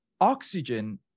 oxygen